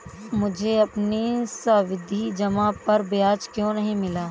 मुझे अपनी सावधि जमा पर ब्याज क्यो नहीं मिला?